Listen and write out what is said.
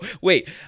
wait